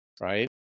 right